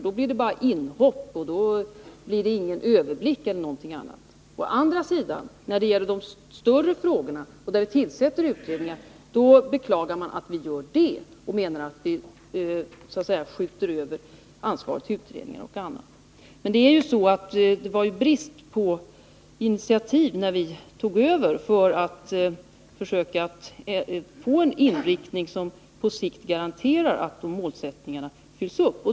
Då blir det bara inhopp, ingen överblick osv. Å andra sidan, när det gäller de större frågorna där vi tillsätter utredningar, beklagar man att vi gör det och menar att vi skjuter ifrån oss ansvaret. Det var dock så när vi tog över, att det var brist på initiativ för att få en inriktning som på sikt garanterar att målsättningarna nås.